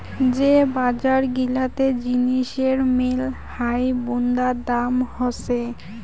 যে বজার গিলাতে জিনিসের মেলহাই বুন্দা দাম হসে